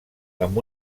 amb